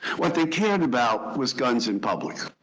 what they cared about was guns in public.